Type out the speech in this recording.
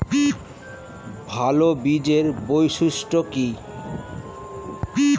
ভাল বীজের বৈশিষ্ট্য কী?